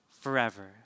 forever